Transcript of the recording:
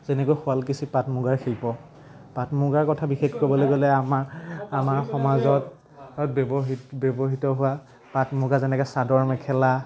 যেনেকৈ শুৱালকুচিৰ পাট মুগাৰ শিল্প পাট মুগাৰ কথা বিশেষ ক'বলৈ গ'লে আমাৰ আমাৰ সমাজত ব্যৱহৃত ব্যৱহৃত হোৱা পাট মুগা যেনেকৈ চাদৰ মেখেলা